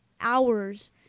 hours